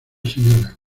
sra